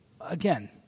again